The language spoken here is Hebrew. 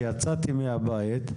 כשיצאתי מהבית,